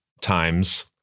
times